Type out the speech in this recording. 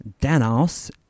Danos